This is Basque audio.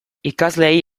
ikasleei